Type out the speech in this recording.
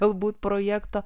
galbūt projekto